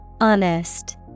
Honest